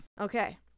okay